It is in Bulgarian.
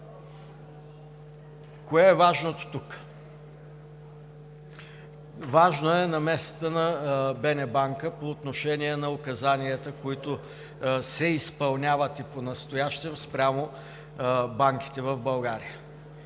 Кое е важното тук? Важно е намесата на Българската народна банка по отношение на указанията, които се изпълняват и понастоящем спрямо банките в България.